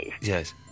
Yes